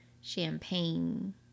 champagne